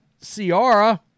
Ciara